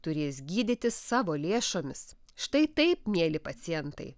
turės gydytis savo lėšomis štai taip mieli pacientai